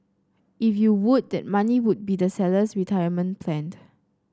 if you would that money will be the seller's retirement planed